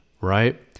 right